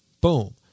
boom